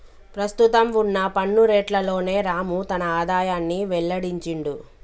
ప్రస్తుతం వున్న పన్ను రేట్లలోనే రాము తన ఆదాయాన్ని వెల్లడించిండు